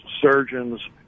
surgeons